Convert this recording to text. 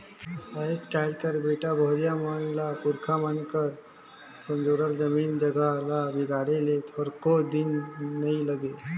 आएज काएल कर बेटा बहुरिया मन ल पुरखा मन कर संजोरल जमीन जगहा ल बिगाड़े ले थोरको दिन नी लागे